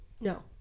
No